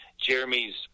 Jeremy's